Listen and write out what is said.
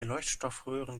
leuchtstoffröhren